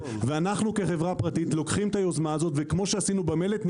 ואנו כחברה פרטית לוקחים את היוזמה הזו וכפי שעשינו במלט,